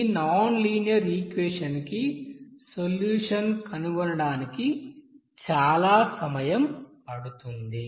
ఈ non linear equation కి solution కనుగొనడానికి చాలా సమయం పడుతుంది